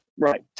Right